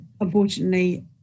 Unfortunately